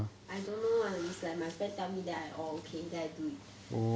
I don't know one is like my friend tell me then I orh okay then I do it